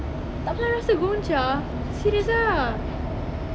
tak pernah rasa Gongcha serious ah